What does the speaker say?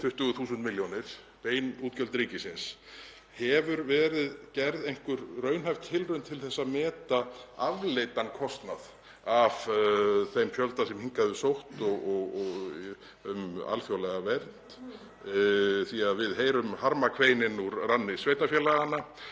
20.000 milljónir, bein útgjöld ríkisins. Hefur verið gerð einhver raunhæf tilraun til að meta afleiddan kostnað af þeim fjölda sem hingað hefur sótt um alþjóðlega vernd? Við heyrum harmakveinin úr ranni sveitarfélaganna.